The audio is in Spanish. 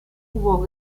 hubo